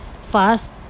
fast